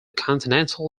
continental